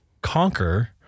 conquer